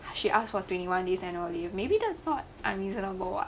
as she asked for twenty one days annual leave maybe that's not unreasonable [what]